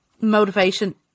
motivation